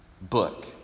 book